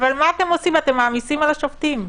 אתם מעמיסים על השופטים.